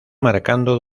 marcando